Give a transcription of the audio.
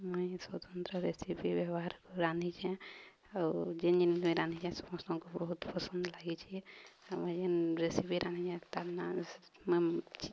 ମୁଇଁ ସ୍ୱତନ୍ତ୍ର ରେସିପି ବ୍ୟବହାରକୁ ରାନ୍ଧିଛେଁ ଆଉ ଯେନ୍ ଯେନ୍ ମୁଁ ରାନ୍ଧିଛେଁ ସମସ୍ତଙ୍କୁ ବହୁତ ପସନ୍ଦ ଲାଗିଛି ଆଉ ମୁଇଁ ଯେନ୍ ରେସିପି ରାନ୍ଧିଛେଁ ତ ନାଁ